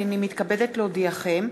הנני מתכבדת להודיעכם,